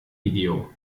video